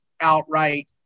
outright